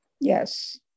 Yes